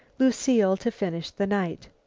lucile to finish the night.